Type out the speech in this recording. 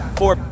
four